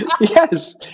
Yes